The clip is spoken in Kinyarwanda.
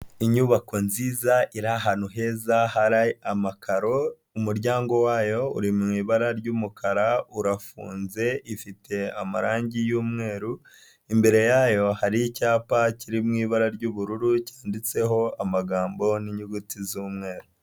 Inyubako nziza iri ahantu heza hari amakaro, umuryango wayo uri mu ibara ry'umukara urafunze ifite amarangi y'umweru, imbere yayo hariho icyapa kiri mu ibara ry'ubururu cyanditseho amagambo n'inyuguti z'umweru.